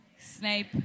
Snape